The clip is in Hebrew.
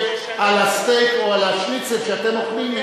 על הסטייק או על השניצל שאתם אוכלים,